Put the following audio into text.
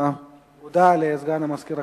הודעה לסגן מזכיר הכנסת.